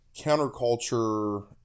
counterculture